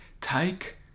take